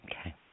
Okay